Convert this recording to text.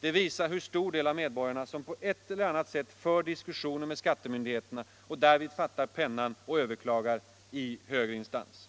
Det visar hur stor del av medborgarna som på ett eller annat sätt för diskussioner med skattemyndigheterna och därvid fattar pennan och överklagar i högre instans.